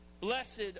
Blessed